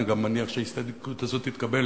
ואני גם מניח שההסתייגות הזאת תתקבל